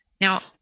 Now